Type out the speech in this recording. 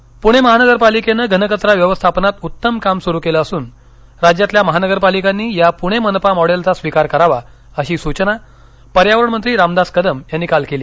पर्यावरण मंत्री पूणे महानगरपालिकेनं घनकचरा व्यवस्थापनात उत्तम काम सुरु केलं असून राज्यातील महानगरपालिकांनी या पूणे मनपा मॉडेलचा स्वीकार करावा अशी सूचना पर्यावरणमंत्री रामदास कदम यांनी काल केली